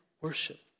worship